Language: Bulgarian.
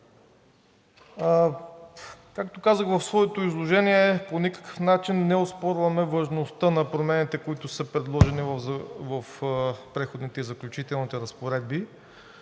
Както казах в своето изложение, по никакъв начин не оспорваме важността на промените, които са предложени в Преходните и заключителните разпоредби,